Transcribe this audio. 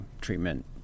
treatment